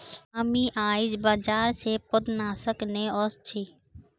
हामी आईझ बाजार स पौधनाशक ने व स छि